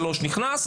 שלישי נכנס,